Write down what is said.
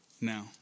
now